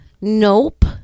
Nope